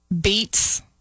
beets